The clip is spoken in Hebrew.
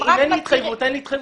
אם אין לי התחייבות, אין לי התחייבות.